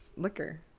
Liquor